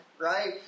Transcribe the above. right